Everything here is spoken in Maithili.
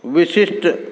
विशिष्ट